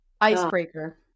icebreaker